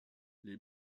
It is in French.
les